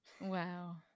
Wow